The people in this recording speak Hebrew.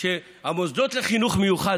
כשהמוסדות לחינוך מיוחד,